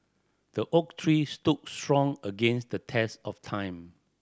the oak tree stood strong against the test of time